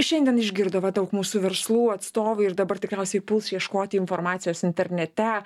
šiandien išgirdo va daug mūsų verslų atstovai ir dabar tikriausiai puls ieškoti informacijos internete